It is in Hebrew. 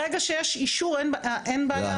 ברגע שיש אישור, אין בעיה.